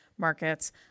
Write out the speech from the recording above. markets